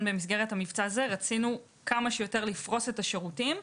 במסגרת המבצע הזה רצינו כמה שיותר לפרוס את השירותים.